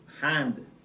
hand